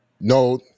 no